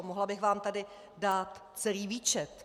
Mohla bych vám tady dát celý výčet.